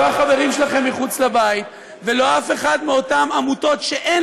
לא החברים שלכם מחוץ לבית ולא אף אחד מאותן עמותות שאין